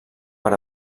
per